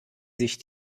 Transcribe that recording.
sich